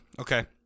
Okay